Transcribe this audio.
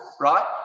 right